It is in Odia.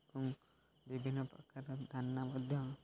ବିଭିନ୍ନପ୍ରକାର ଦାନା ମଧ୍ୟ